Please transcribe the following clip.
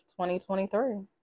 2023